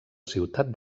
ciutat